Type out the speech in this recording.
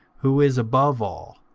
who is above all,